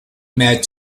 met